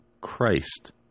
Christ